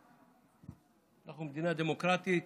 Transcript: אנחנו מדינה דמוקרטית.